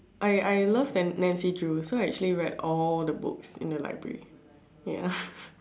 I I love nan~ Nancy Drew so I actually read all the books in the library ya